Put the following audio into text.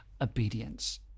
obedience